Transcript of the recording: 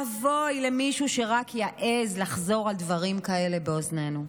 ואבוי למישהו שרק יעז לחזור על דברים כאלה באוזנינו,